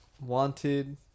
Wanted